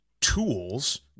tools